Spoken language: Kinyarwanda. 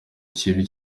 kibi